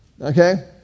okay